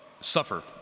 suffer